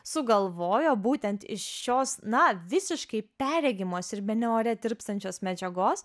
sugalvojo būtent iš šios na visiškai perregimos ir bene ore tirpstančios medžiagos